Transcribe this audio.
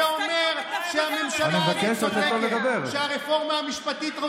ואומר שהממשלה הזאת צודקת ואת הרפורמה המשפטית,